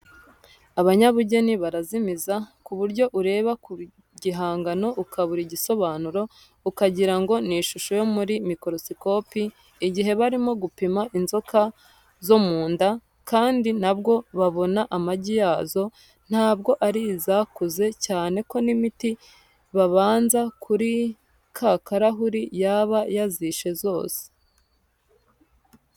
Abanyabugeni barazimiza, ku buryo ureba ku gihangano ukabura igisobanuro, ukagira ngo ni ishusho yo muri mikorosikopi, igihe barimo gupima inzoka zo mu nda; kandi na bwo babona amagi yazo, ntabwo ari izakuze, cyane ko n'imiti babanza kuri ka karahuri yaba yazishe zose.